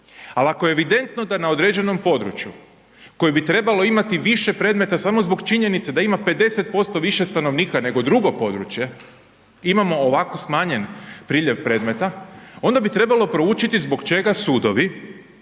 ali ako je evidentno da na određenom području koji bi trebalo imati više predmeta samo zbog činjenice da ima 50% više stanovnika nego drugo područje imamo ovako smanjen priljev predmeta onda bi trebalo proučiti zbog čega sudovi